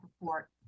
report